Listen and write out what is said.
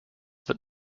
wird